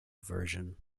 version